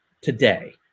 today